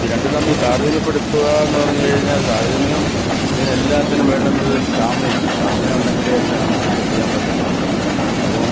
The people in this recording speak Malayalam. ഇത് രണ്ടും തമ്മിൽ താരതമ്യപ്പെടുത്തുക എന്ന് പറഞ്ഞു കഴിഞ്ഞാൽ താരതമ്യം ഇതിന് എല്ലാത്തിനും വേണ്ടുന്നത് സ്റ്റാമിനയാണ് സ്റ്റാമിന ഉണ്ടെങ്കിലേ എല്ലാം നമുക്ക് എന്തും ചെയ്യാൻ പറ്റത്തുള്ളൂ അപ്പം